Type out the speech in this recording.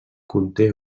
conté